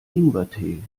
ingwertee